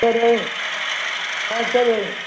சரி வையுங்க ஆ சரி வையுங்க